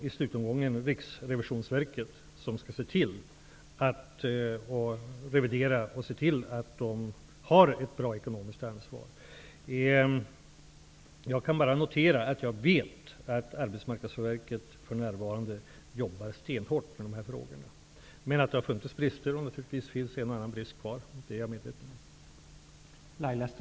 I slutomgången finns Riksrevisionsverket, som skall revidera och se till att ekonomiskt ansvar tas. Jag kan bara notera att jag vet att Arbetsmarknadsverket för närvarande jobbar stenhårt med dessa frågor. Men jag är medveten om att det har funnits brister och att det naturligtvis finns en och annan brist kvar.